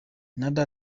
nader